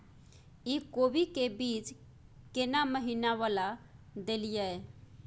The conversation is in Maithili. इ कोबी के बीज केना महीना वाला देलियैई?